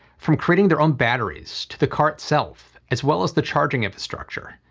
from creating their own batteries, to the car itself, as well as the charging infrastructure.